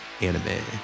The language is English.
anime